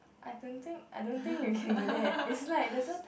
I don't think I don't think you can do that it's like there's one